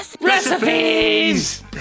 Recipes